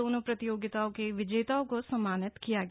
दोनों प्रतियोगिताओं के विजेताओं को सम्मानित किया गया